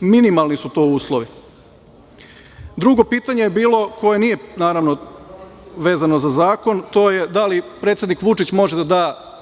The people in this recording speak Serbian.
minimalni su to uslovi. Drugo pitanje je bilo, a koje nije vezano za zakon, a to je da li predsednik Vučić može da da